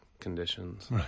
Conditions